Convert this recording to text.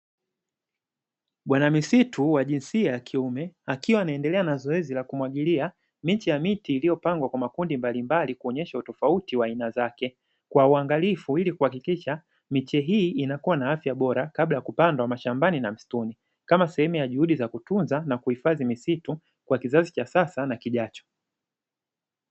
Bwana misitu wa jinsia ya kiume, akiwa anaendelea na zoezi la kumwagilia miche ya miti iliyopangwa kwa makumbi mbalimbali, kuonyesha wa aina zake kwa uangalifu, ili kuhakikisha miche hii inakuwa na afya bora kabla ya kupandwa mashambani na msitu, kama sehemu ya juhudi za kutunza na kuhifadhi misitu kwa kizazi cha sasa na kijacho.